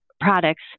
products